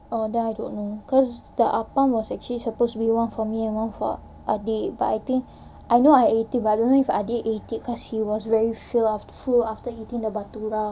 oh then I don't know cause the apam was actually supposed to be one for me and one for adik but I think I know I ate it but I don't know if adik ate it cause he was very full very full after eating the bhatoora